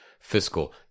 Fiscal